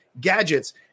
gadgets